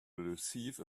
receive